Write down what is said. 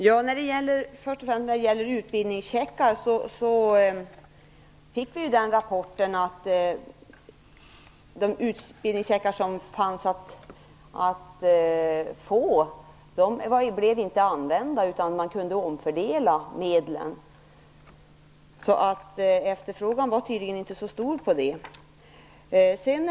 Herr talman! Vi har fått en rapport om att de utbildningscheckar som man kunde få inte blev använda. I stället kunde man omfördela medlen. Efterfrågan var alltså tydligen inte så stor i det avseendet.